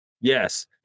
Yes